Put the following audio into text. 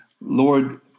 Lord